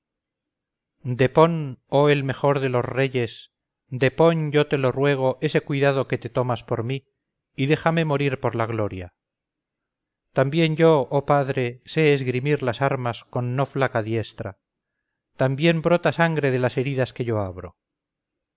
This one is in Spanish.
términos depón oh el mejor de los reyes depón yo te lo ruego ese cuidado que te tomas por mí y déjame morir por la gloria también yo oh padre sé esgrimir las armas con no flaca diestra también brota sangre de las heridas que yo abro